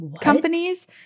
companies